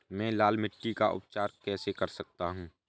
मैं लाल मिट्टी का उपचार कैसे कर सकता हूँ?